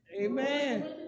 Amen